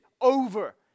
over